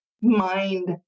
mind